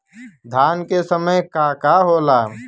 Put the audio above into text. धान के समय का का होला?